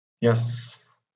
Yes